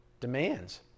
demands